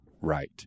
right